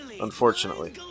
unfortunately